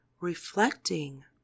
reflecting